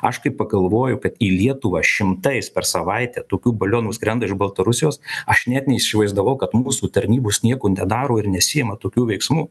aš kai pagalvoju kad į lietuvą šimtais per savaitę tokių balionų skrenda iš baltarusijos aš net neįsivaizdavau kad mūsų tarnybos nieko nedaro ir nesiima tokių veiksmų